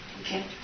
Okay